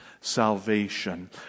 salvation